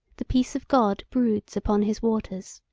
the peace of god broods upon his waters.